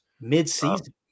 Mid-season